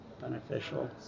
beneficial